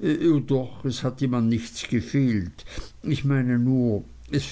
o doch es hat ihm an nichts gefehlt ich meine nur es